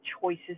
choices